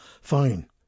fine